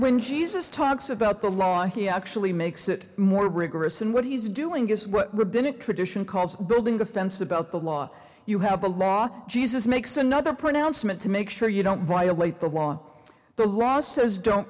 when jesus talks about the law he actually makes it more rigorous and what he's doing is what rabbinic tradition calls building the fence about the law you have the law jesus makes another pronouncement to make sure you don't violate the law the law says don't